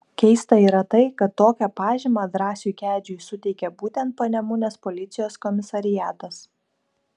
keista yra tai kad tokią pažymą drąsiui kedžiui suteikė būtent panemunės policijos komisariatas